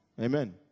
Amen